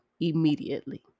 immediately